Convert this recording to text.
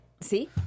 see